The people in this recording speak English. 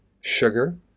sugar